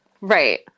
Right